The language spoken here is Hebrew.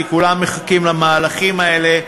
כי כולם מחכים למהלכים האלה,